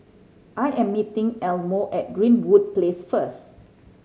I am meeting Elmo at Greenwood Place first